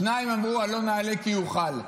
שניים אמרו: עלה נעלה כי יוכל,